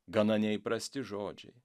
gana neįprasti žodžiai